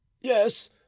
yes